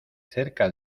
cerca